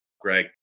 Greg